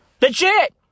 Legit